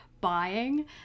buying